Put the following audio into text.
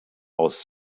aus